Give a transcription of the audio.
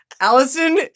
Allison